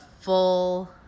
full